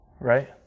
right